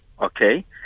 Okay